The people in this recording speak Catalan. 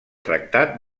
tractat